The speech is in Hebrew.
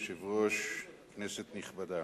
אדוני היושב-ראש, כנסת נכבדה,